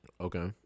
Okay